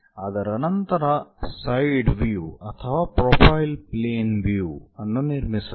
ಅದರ ನಂತರ side view ಅಥವಾ ಪ್ರೊಫೈಲ್ ಪ್ಲೇನ್ ವ್ಯೂ ಅನ್ನು ನಿರ್ಮಿಸಬೇಕು